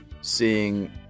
seeing